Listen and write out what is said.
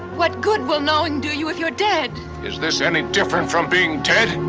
what good will knowing do you if you're dead? is this any different from being dead?